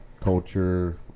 culture